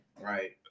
right